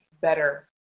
better